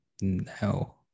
No